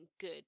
good